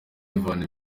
ivan